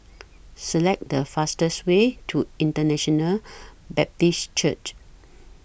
Select The fastest Way to International Baptist Church